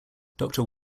doctor